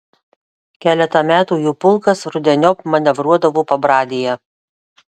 keletą metų jų pulkas rudeniop manevruodavo pabradėje